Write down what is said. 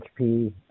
hp